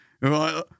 right